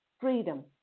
freedom